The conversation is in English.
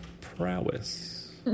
prowess